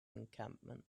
encampment